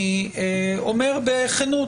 אני אומר בכנות,